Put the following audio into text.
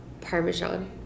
parmesan